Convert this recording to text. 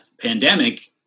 pandemic